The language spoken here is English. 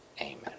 Amen